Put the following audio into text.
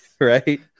right